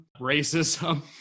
racism